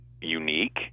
unique